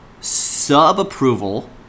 Sub-approval